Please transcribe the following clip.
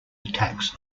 attacks